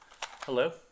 Hello